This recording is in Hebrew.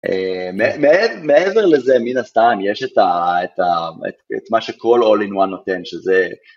מעבר לזה מן הסתם יש את מה שכל all in one נותן שזה..